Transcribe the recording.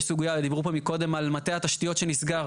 יש סוגיה, דיברו פה מקודם על מטה התשתיות שנסגר.